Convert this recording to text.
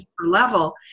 level